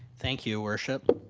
thank you your worship.